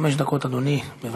חמש דקות, אדוני.